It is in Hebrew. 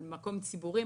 מקום ציבורי,